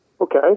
okay